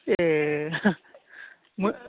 ए